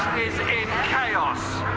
in chaos.